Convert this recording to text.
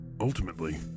Ultimately